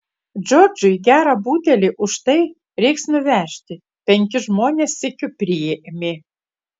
džordžui gerą butelį už tai reiks nuvežti penkis žmones sykiu priėmė